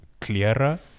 clearer